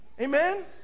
Amen